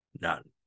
None